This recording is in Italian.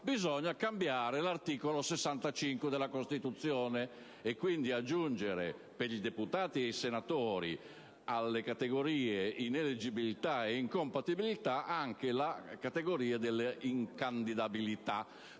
bisogna cambiare l'articolo 65 della Costituzione e quindi aggiunge, per i deputati e i senatori, alle categorie della ineleggibilità e dell'incompatibilità anche quella della incandidabilità.